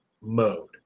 mode